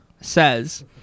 says